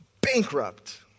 bankrupt